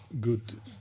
Good